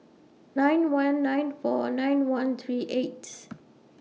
nine one nine four nine one three eights